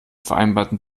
vereinbarten